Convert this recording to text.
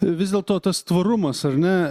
vis dėlto tas tvarumas ar ne